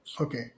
Okay